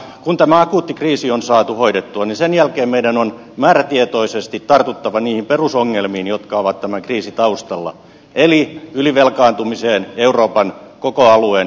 kun tämä akuutti kriisi on saatu hoidettua niin sen jälkeen meidän on määrätietoisesti tartuttava niihin perusongelmiin jotka ovat tämän kriisin taustalla eli ylivelkaantumiseen euroopan koko alueen kilpailukykyyn